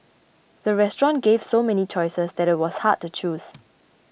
the restaurant gave so many choices that it was hard to choose